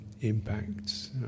impacts